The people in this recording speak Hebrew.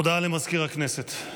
הודעה למזכיר הכנסת.